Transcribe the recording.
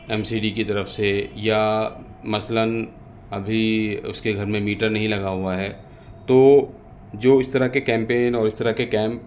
M C D کی طرف سے یا مثلاً ابھی اس کے گھر میں میٹر نہیں لگا ہوا ہے تو جو اس طرح کے کیمپین اور اس طرح کے کیمپ